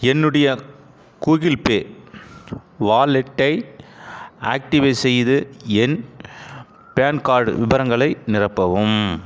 என்னுடைய கூகிள்பே வாலெட்டை ஆக்டிவேட் செய்து என் பான் கார்ட் விவரங்களை நிரப்பவும்